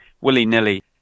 willy-nilly